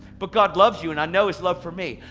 but god loves you, and i know his love for me.